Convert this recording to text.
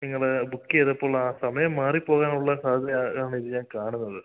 നിങ്ങൾ ബുക്ക് ചെയ്തപ്പോളുള്ള സമയം മാറിപ്പോകാനുള്ള സാധ്യത യാണ് ഇതിൽ ഞാൻ കാണുന്നത്